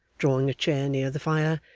drawing a chair near the fire,